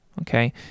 okay